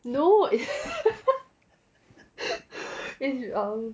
no feels wrong